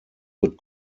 could